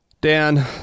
Dan